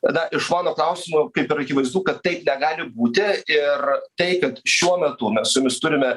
tada iš mano klausimo kaip ir akivaizdu kad taip negali būti ir tai kad šiuo metu mes su jumis turime